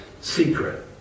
secret